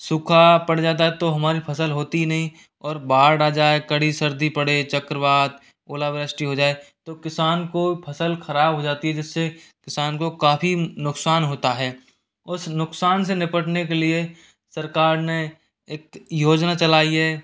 सूखा पड़ जाता है तो हमारी फसल होती नहीं और बाढ़ आ जाए कड़ी सर्दी पड़े चक्रवात ओलावृष्टि हो जाए तो किसान को फसल खराब हो जाती है जिससे किसान को काफ़ी नुकसान होता है उस नुकसान से निपटने के लिए सरकार ने एक योजना चलाई है